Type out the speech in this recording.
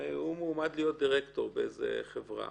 והוא מועמד להיות דירקטור באיזה חברה